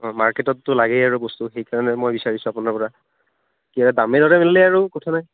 মাৰ্কেটততো লাগেই আৰু বস্তু সেইকাৰণে মই বিচাৰিছোঁ আপোনাৰ পৰা এতিয়া দামে দৰে মিলিলে আৰু কথা নাই